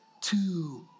two